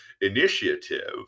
initiative